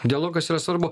dialogas yra svarbu